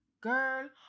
Girl